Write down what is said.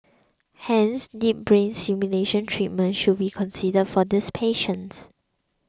hence deep brain stimulation treatment should be considered for these patients